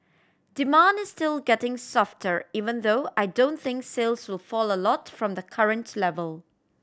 demand is still getting softer even though I don't think sales will fall a lot from the current level